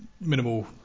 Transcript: minimal